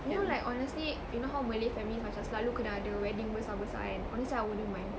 you know like honestly you know how malay families macam selalu kena ada wedding besar besar kan honestly I wouldn't mind